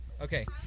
Okay